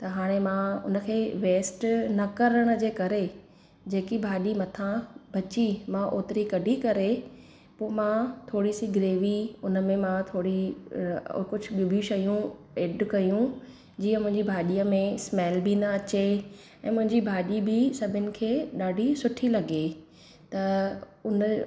त हाणे मां उनखे वेस्ट न करणु जे करे जेकी भाॼी मथां बची मां ओतिरी कढी करे पोइ मां थोरी सी ग्रेवी उनमें मां थोरी कुझु ॿियूं बि शयूं एड कयूं जीअं मुंहिंजी भाॼीअ में स्मेल बि न अचे ऐं मुंहिंजी भाॼी बि सभिनि खे ॾाढी सुठी लॻे त उन